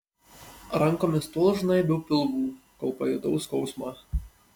rankomis tol žnaibiau pilvų kol pajutau skausmą